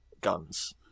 guns